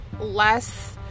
less